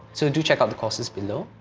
so do check out the courses below.